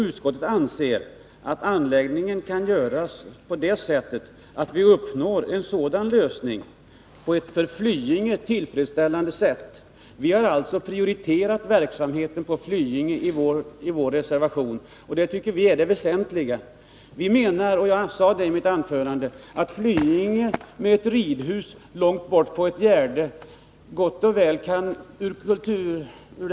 Utskottet anser att vidare ansträngningar bör göras för att uppnå en sådan lösning att den uppkomna intressekonflikten kan lösas på ett för verksam Vi har alltså prioriterat verksamheten på Flyinge i vår reservation, och det tycker vi är det väsentliga. Vi menar att Flyinge, med ett ridhus långt bort på ett gärde, inte fullgott kan fungera.